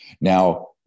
Now